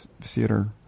Theater